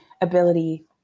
ability